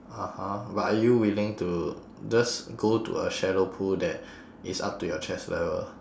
(uh huh) but are you willing to just go to a shallow pool that is up to your chest level